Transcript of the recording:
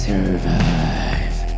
Survive